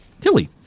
Tilly